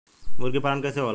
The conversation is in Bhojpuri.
मुर्गी पालन कैसे होला?